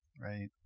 right